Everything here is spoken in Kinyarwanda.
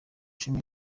cumi